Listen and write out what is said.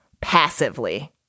passively